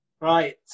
right